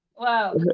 wow